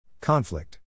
Conflict